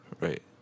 Right